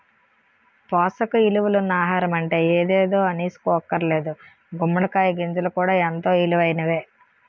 పోసక ఇలువలున్న ఆహారమంటే ఎదేదో అనీసుకోక్కర్లేదు గుమ్మడి కాయ గింజలు కూడా ఎంతో ఇలువైనయే